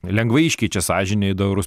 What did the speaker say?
lengvai iškeičia sąžinę į du eurus